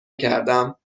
کردم